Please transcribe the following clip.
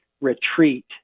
retreat